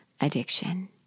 addiction